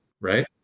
right